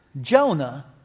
Jonah